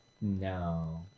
No